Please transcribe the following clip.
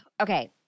okay